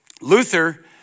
Luther